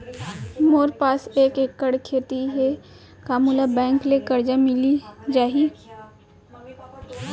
मोर पास एक एक्कड़ खेती हे का मोला बैंक ले करजा मिलिस जाही?